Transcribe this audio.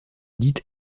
dite